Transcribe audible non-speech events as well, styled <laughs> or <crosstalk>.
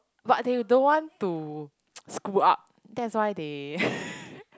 but they don't want to <noise> screw up that's why they <laughs>